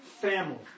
family